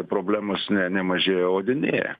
problemos ne nemažėja o didėja